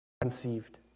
conceived